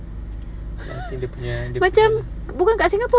macam bukan kat singapore seh